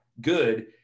good